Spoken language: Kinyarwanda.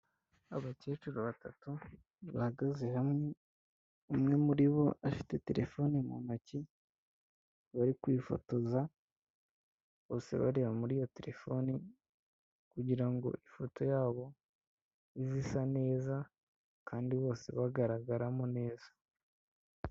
Abakecuru batatu, bahagaze hamwe umwe muri bo, afite telefone mu ntoki bari kwifotoza, bose bareba muri iyo telefoni kugira ngo ifoto yabo ize isa neza kandi bose bagaragaramo neza.